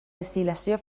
destil·lació